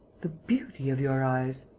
the beauty of your eyes!